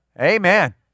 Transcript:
Amen